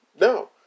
No